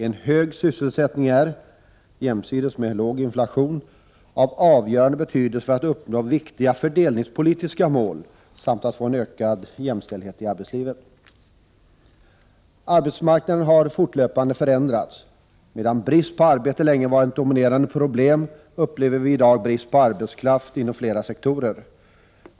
En hög sysselsättning är, jämsides med en låg inflation, av avgörande betydelse för att uppnå viktiga fördelningspolitiska mål samt för att få en ökad jämställdhet i arbetslivet. Arbetsmarknaden har fortlöpande förändrats. Medan brist på arbete länge varit ett dominerande problem upplever vi i dag brist på arbetskraft inom flera sektorer.